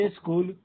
School